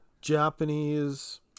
Japanese